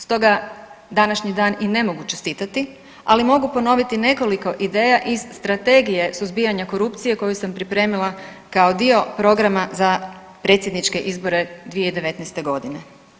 Stoga današnji dan i ne mogu čestitati, ali mogu ponoviti nekoliko ideja iz Strategije suzbijanja korupcije koju sam pripremila kao dio programa za predsjedničke izbore 2019.g.